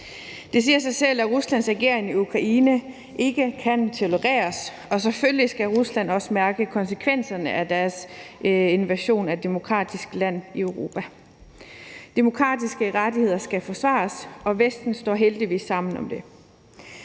Det siger sig selv, at Ruslands ageren i Ukraine ikke kan tolereres, og selvfølgelig skal Rusland også mærke konsekvenserne af deres invasion af et demokratisk land i Europa. Demokratiske rettigheder skal forsvares, og Vesten står heldigvis sammen om det.